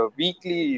weekly